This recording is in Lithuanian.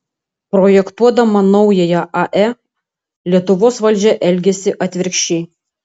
projektuodama naująją ae lietuvos valdžia elgiasi atvirkščiai